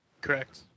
Correct